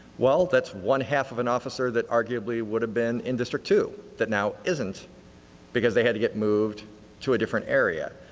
well that's one half of an officer that arguably would have been in district two that now isn't because they had to get moved to a different area.